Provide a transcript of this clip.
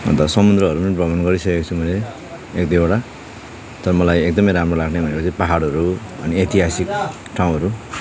अन्त समुद्रहरू पनि भ्रमण गरिसकेको छु मैले एक दुईवटा तर मलाई एकदमै राम्रो लाग्ने भनेको चाहिँ पाहाडहरू अनि ऐतिहासिक ठाउँहरू